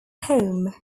home